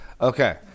okay